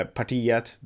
partiet